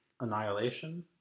Annihilation